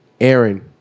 Aaron